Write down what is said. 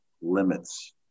limits